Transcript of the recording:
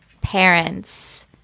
parents